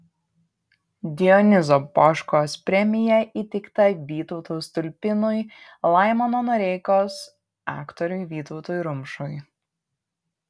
dionizo poškos premija įteikta vytautui stulpinui laimono noreikos aktoriui vytautui rumšui